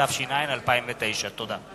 התש"ע 2009. תודה.